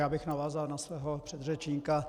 Já bych navázal na svého předřečníka.